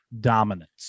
dominance